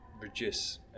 reduce